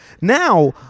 Now